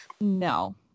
no